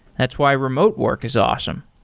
that's why remote work is awesome.